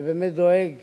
ודואג